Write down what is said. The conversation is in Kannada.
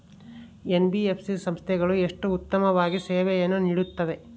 ಎನ್.ಬಿ.ಎಫ್.ಸಿ ಸಂಸ್ಥೆಗಳು ಎಷ್ಟು ಉತ್ತಮವಾಗಿ ಸೇವೆಯನ್ನು ನೇಡುತ್ತವೆ?